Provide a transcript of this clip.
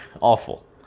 awful